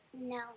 No